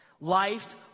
life